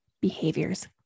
behaviors